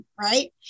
right